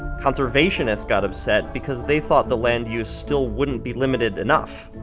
conservationists got upset because they thought the land use still wouldn't be limited enough.